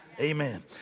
Amen